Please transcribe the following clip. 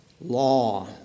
law